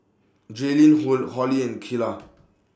Jaylin Hor Holli and Keila